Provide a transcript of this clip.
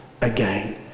again